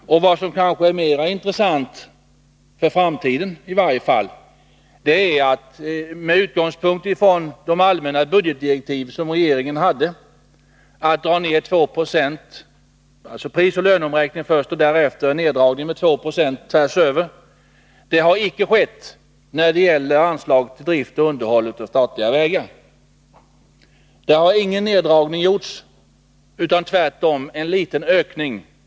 Och vad som kanske är mera intressant för framtiden är följande: Med utgångspunkt i regeringens allmänna budgetdirektiv skulle man ha efter prisoch löneomräkning ha dragit ner med 2 90, men detta har icke skett när det gäller anslagen till drift och underhåll av statliga vägar. Där har ingen neddragning gjorts, utan tvärtom har det blivit en liten ökning.